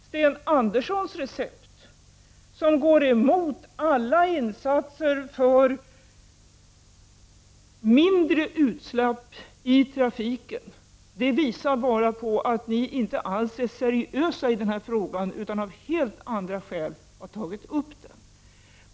Sten Anderssons recept går emot alla insatser för mindre utsläpp i trafiken och visar bara att ni inte är seriösa i den här frågan utan har tagit upp den av helt andra skäl.